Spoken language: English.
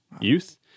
youth